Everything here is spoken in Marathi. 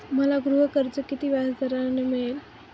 मला गृहकर्ज किती व्याजदराने मिळेल?